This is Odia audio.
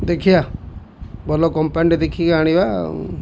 ଦେଖିବା ଭଲ କମ୍ପାନୀଟେ ଦେଖିକି ଆଣିବା ଆଉ